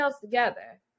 together